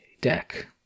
deck